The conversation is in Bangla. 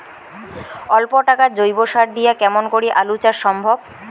অল্প টাকার জৈব সার দিয়া কেমন করি আলু চাষ সম্ভব?